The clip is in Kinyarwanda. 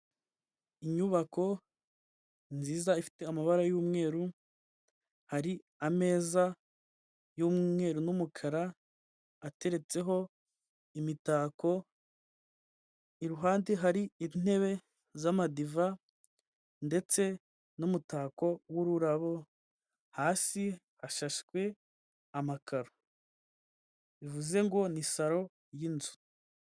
Inyubako nziza ifite amabara y'umweru, hari ameza y'umweru n'umukara ateretseho imitako, iruhande hari intebe z'amadiva ndetse n'umutako w'ururabo, hasi hashashwe amakaro, bivuze ngo ni saro y'inzu.